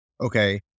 okay